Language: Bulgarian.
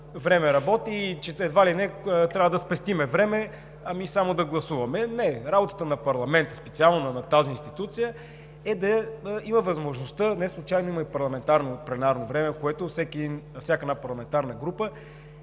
време работят, че едва ли не трябва да спестим време и само да гласуваме. Не, работата на парламента, специално на тази институция, е да има възможността – неслучайно има и парламентарно пленарно време, в което всяка една парламентарна група